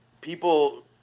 people